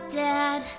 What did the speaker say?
dad